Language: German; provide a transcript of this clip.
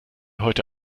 heute